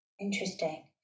Interesting